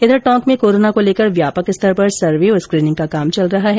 इधर टोंक में कोरोना को लेकर व्यापक स्तर पर सर्वे और स्क्रीनिंग का काम चल रहा है